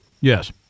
Yes